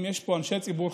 אם יש פה אנשי ציבור,